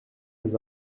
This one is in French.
mes